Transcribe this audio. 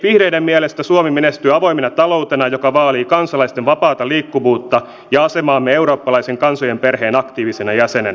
vihreiden mielestä suomi menestyy avoimena taloutena joka vaalii kansalaisten vapaata liikkuvuutta ja asemaamme eurooppalaisen kansojen perheen aktiivisena jäsenenä